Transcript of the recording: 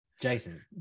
jason